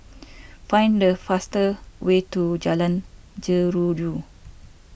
find the fastest way to Jalan Jeruju